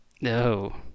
No